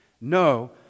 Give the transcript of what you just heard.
No